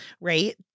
right